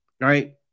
right